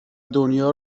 دنیا